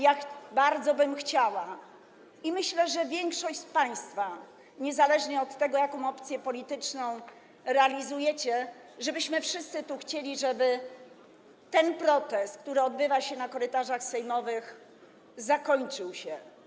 Ja bardzo bym chciała - i myślę, że i większość z państwa, niezależnie od tego, jaką opcję polityczną reprezentujecie - żebyśmy wszyscy tu mieli takie życzenie, by ten protest, który odbywa się na korytarzach sejmowych, zakończył się.